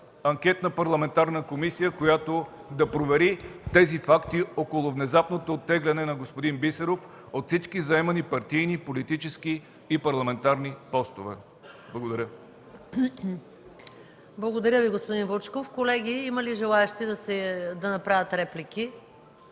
анкетна парламентарна комисия, която да провери тези факти около внезапното оттегляне на господин Бисеров от всички заемани партийни, политически и парламентарни постове. Благодаря. ПРЕДСЕДАТЕЛ МАЯ МАНОЛОВА: Благодаря Ви, господин Вучков. Колеги, има ли желаещи да направят реплики?